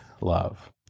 love